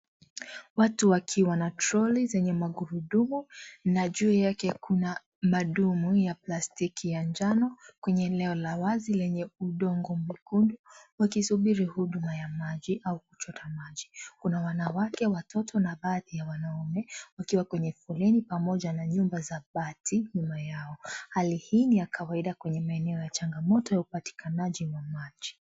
Watu wakiwa na troli zenye magurudumu na juu yake kuna madumu ya plastiki ya njano. Kwenye eneo la wazi lenye udongo mwekundu wakisuburi huduma ya maji au kuchota maji. Kuna wanawake, watoto na baadhi ya wanaume wakiwa kwenye foleni pamoja na nyumba za bati nyuma yao. Hali hii ni ya kawaida kwenye maeneo ya changamoto ya upatikanaji wa maji.